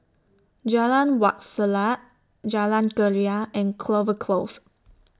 Jalan Wak Selat Jalan Keria and Clover Close